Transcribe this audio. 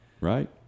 Right